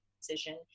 decision